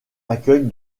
accueille